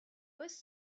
was